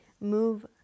move